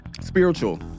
spiritual